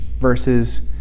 versus